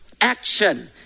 action